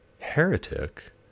heretic